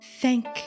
Thank